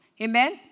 Amen